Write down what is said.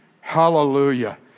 Hallelujah